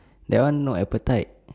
that one not appetite